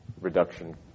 reduction